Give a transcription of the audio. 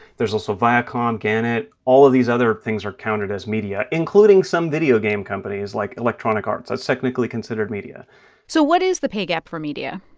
there's also viacom, viacom, gannett. all of these other things are counted as media, including some video game companies, like electronic arts. that's technically considered media so what is the pay gap for media?